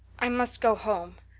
i must go home,